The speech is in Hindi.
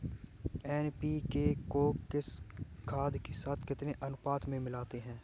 एन.पी.के को खाद के साथ किस अनुपात में मिलाते हैं?